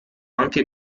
anche